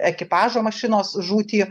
ekipažo mašinos žūtį